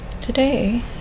today